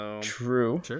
True